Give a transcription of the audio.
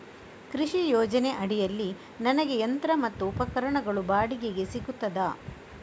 ಕೃಷಿ ಯೋಜನೆ ಅಡಿಯಲ್ಲಿ ನನಗೆ ಯಂತ್ರ ಮತ್ತು ಉಪಕರಣಗಳು ಬಾಡಿಗೆಗೆ ಸಿಗುತ್ತದಾ?